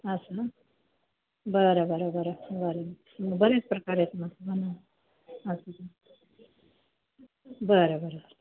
असं बरं बरं बरं बरं बरेच प्रकार आहेत मग बन असं बरं बरं